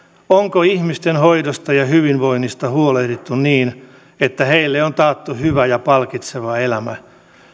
onko ihmisten hoidosta ja hyvinvoinnista huolehdittu niin että heille on taattu hyvä ja palkitseva elämä